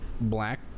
black